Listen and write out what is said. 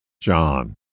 John